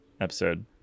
episode